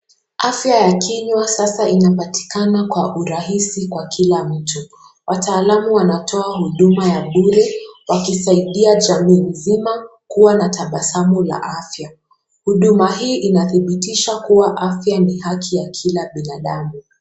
Afya kinywa sasa inapatikana kwa urahisi kwa kila mtu wataalamu wanatoa huduma ya bure wakisaidia jamii nzima kuwa na tabasamu la afya. Huduma hii inathibitisha ya kuwa afya ni haki ya kila binadamu.